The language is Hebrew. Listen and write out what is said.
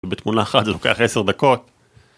בתמונה אחת זה לוקח עשר דקות.